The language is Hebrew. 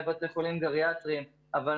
לבתי החולים העצמאיים אין כסף לשלם משכורות,